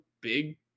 big